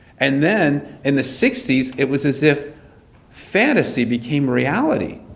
and then, in the sixty s, it was as if fantasy became reality.